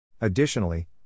Additionally